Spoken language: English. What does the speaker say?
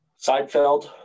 Seinfeld